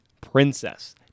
princess